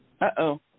Uh-oh